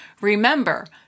Remember